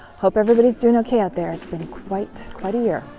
hope everybody's doing okay out there, it's been quite, quite a year.